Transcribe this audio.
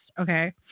Okay